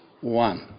One